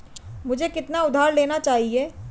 मुझे कितना उधार लेना चाहिए?